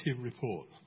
report